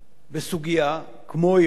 בסוגיה כמו אירן,